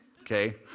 Okay